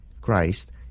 christ